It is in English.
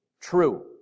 true